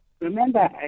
Remember